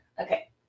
Okay